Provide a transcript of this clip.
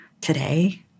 today